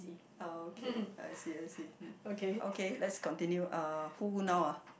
okay I see I see okay mm let's continue who now ah